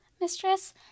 mistress